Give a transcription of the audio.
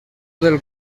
del